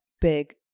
big